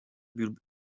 bulbes